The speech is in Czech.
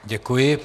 Děkuji.